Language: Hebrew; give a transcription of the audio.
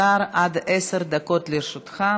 אדוני השר, עד עשר דקות לרשותך.